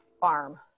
Farm